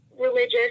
religious